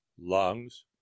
lungs